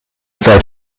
seid